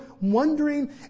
wondering